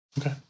Okay